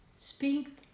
Speak